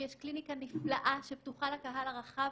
יש קליניקה נפלאה שפתוחה לקהל הרחב